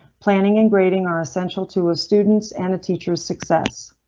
planning and grading are essential to a students and teachers success.